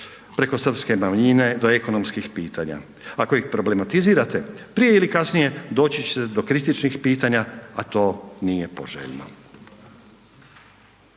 preko Srpske manjine do ekonomskih pitanja. Ako ih problematizirate, prije ili kasnije doći ćete do kritičnih pitanja, a to nije poželjno.